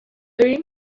three